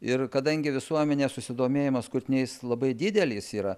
ir kadangi visuomenės susidomėjimas kurtiniais labai didelis yra